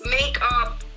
makeup